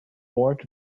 board